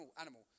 animal